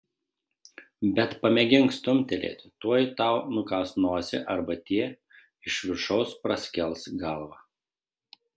bet pamėgink stumtelėti tuoj tau nukąs nosį arba tie iš viršaus praskels galvą